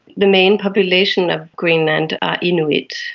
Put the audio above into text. the main population of greenland are inuit,